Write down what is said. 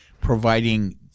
providing